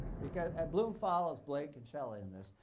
because bloom follows blake and shelley in this.